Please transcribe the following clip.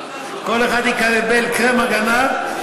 כל אחד יקבל קרם הגנה.